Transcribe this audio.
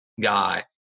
guy